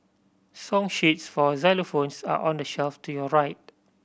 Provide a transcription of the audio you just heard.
song sheets for xylophones are on the shelf to your right